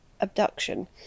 abduction